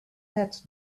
het